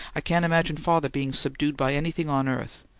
i can't imagine father being subdued by anything on earth,